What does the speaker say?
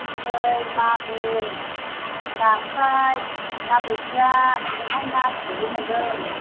नै मागुर नास्राय ना बोथिया मोनदोंहाय नाथुरबो मोनदों